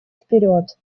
вперед